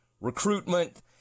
recruitment